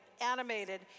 animated